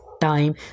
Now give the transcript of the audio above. time